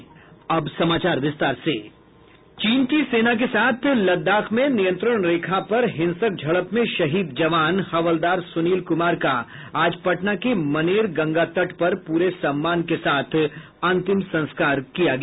चीन की सेना के साथ लद्दाख में नियंत्रण रेखा पर लद्दाख में हिंसक झड़प में शहीद जवान हवलदार सुनील कुमार का आज पटना के मनेर गंगा तट पर पूरे सम्मान के साथ अंतिम संस्कार कर दिया गया